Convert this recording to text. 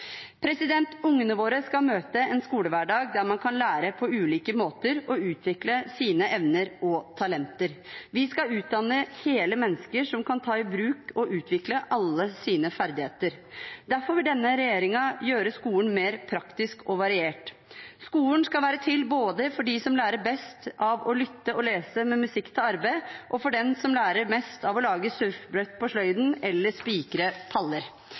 Ungene våre skal møte en skolehverdag der man kan lære på ulike måter og utvikle sine evner og talenter. Vi skal utdanne hele mennesker som kan ta i bruk og utvikle alle sine ferdigheter. Derfor vil denne regjeringen gjøre skolen mer praktisk og variert. Skolen skal være til for både dem som lærer best av å lytte og lese med «musikk tel arbe’», og dem som lærer mest av å lage «surfbrett på sløyden» eller